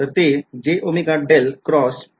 तर ते आहे